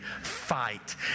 fight